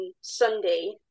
Sunday